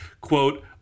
quote